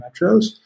metros